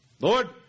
Lord